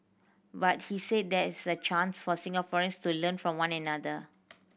but he said there is a chance for Singaporeans to learn from one another